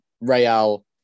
Real